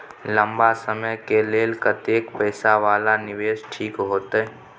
लंबा समय के लेल कतेक पैसा वाला निवेश ठीक होते?